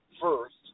first